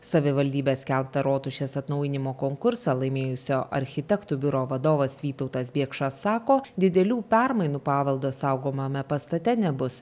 savivaldybės skelbtą rotušės atnaujinimo konkursą laimėjusio architektų biuro vadovas vytautas biekša sako didelių permainų paveldo saugomame pastate nebus